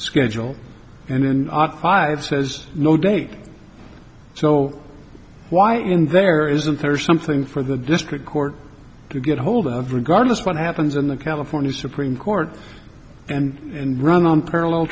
schedule and then not five says no date so why in there isn't thirst something for the district court to get hold of regardless of what happens in the california supreme court and and run on parallel